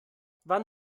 wann